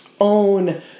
own